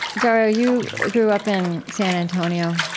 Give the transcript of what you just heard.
dario, you grew up in san antonio?